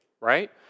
right